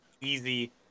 easy